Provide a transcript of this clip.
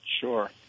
Sure